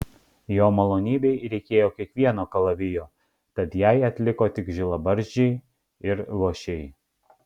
jo malonybei reikėjo kiekvieno kalavijo tad jai atliko tik žilabarzdžiai ir luošiai